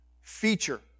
feature